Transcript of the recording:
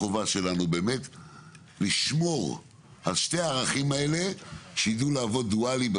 החובה שלנו היא לשמור על כך ששני הערכים האלה יידעו לעבוד דואלית,